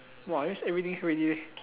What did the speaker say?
!wah! that's everything already leh